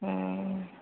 हूँ